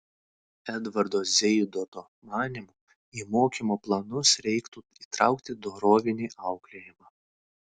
edvardo zeidoto manymu į mokymo planus reiktų įtraukti dorovinį auklėjimą